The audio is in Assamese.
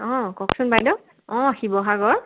অ' কওকচোন বাইদেউ অ' শিৱসাগৰ